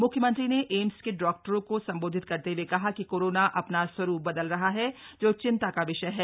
म्ख्यमंत्री ने एम्स के डॉक्टरों को संबोधित करते हए कहा कि कोरोना अपना स्वरूप बदल रहा है जो चिन्ता का विषय है